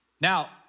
Now